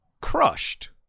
crushed